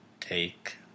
take